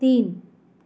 तीन